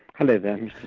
hello, alan.